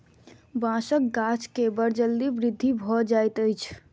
बांसक गाछ के बड़ जल्दी वृद्धि भ जाइत अछि